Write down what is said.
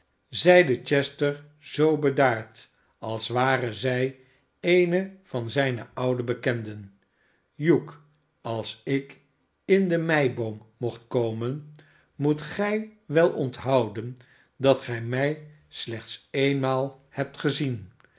zeide chester zoo bedaard als ware zij eene van zijne oude bekenden shugh als ik in demeiboom mocht komen moet gij wel onthouden dat gij mij slechts eenmaal hebt gezien